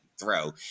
throw